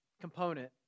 component